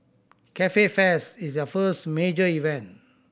Cafe Fest is their first major event